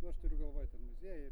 nu aš turiu galvoj muziejai